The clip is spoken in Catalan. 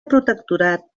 protectorat